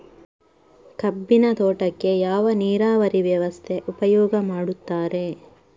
ಕಬ್ಬಿನ ತೋಟಕ್ಕೆ ಯಾವ ನೀರಾವರಿ ವ್ಯವಸ್ಥೆ ಉಪಯೋಗ ಮಾಡುತ್ತಾರೆ?